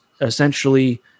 essentially